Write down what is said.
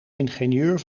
ingenieur